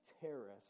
terrorists